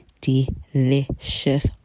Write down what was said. delicious